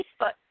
Facebook